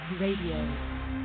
Radio